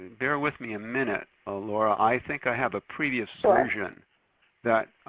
bear with me a minute ah laura. i think i have a previous so version that